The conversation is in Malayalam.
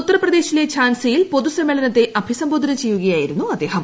ഉത്തർപ്രദേശിലെ ഝാൻസിയിൽ പൊതു സമ്മേളനത്തെ അഭിസംബോധനം ചെയ്യുകയായിരുന്നു അദ്ദേഹം